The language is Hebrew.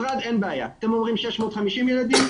אתם אומרים 650 ילדים,